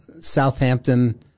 Southampton